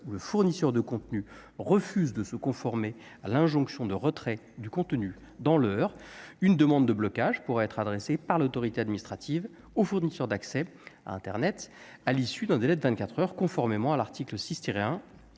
ou le fournisseur de contenus refuse de se conformer dans l'heure à l'injonction de retrait du contenu, une demande de blocage pourra être adressée par l'autorité administrative au fournisseur d'accès à internet, à l'issue d'un délai de vingt-quatre heures, conformément à l'article 6-1